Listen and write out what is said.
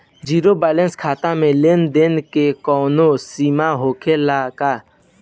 Zero balance खाता में लेन देन के कवनो सीमा होखे ला का?